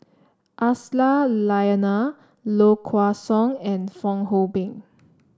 Aisyah Lyana Low Kway Song and Fong Hoe Beng